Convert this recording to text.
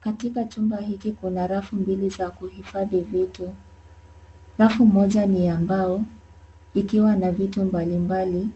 Katika chumba hiki kuna rafu mbili za kuhifadhia vitu. Rafu moja, ni ya mbao ikiwa na vitu mbalimbali,